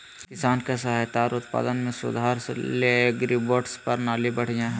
किसान के सहायता आर उत्पादन में सुधार ले एग्रीबोट्स प्रणाली बढ़िया हय